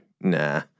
Nah